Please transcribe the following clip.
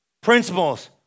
principles